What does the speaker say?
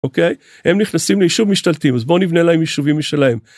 אוקיי? הם נכנסים ליישוב משתלטים, אז בואו נבנה להם יישובים משלהם.